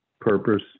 purpose